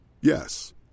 Yes